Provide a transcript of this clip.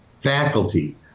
faculty